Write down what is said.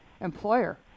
employer